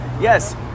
Yes